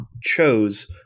chose